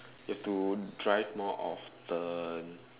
you have to drive more often the